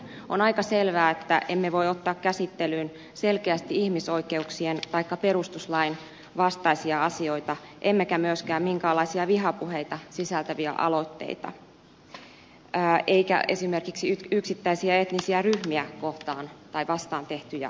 on aika selvää että emme voi ottaa käsittelyyn selkeästi ihmisoikeuksien taikka perustuslain vastaisia asioita emmekä myöskään minkäänlaisia vihapuheita sisältäviä aloitteita emmekä esimerkiksi yksittäisiä etnisiä ryhmiä vastaan tehtyjä aloitteita